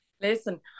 Listen